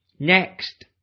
Next